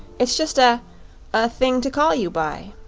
it's just a a thing to call you by.